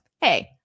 Hey